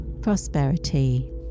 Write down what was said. prosperity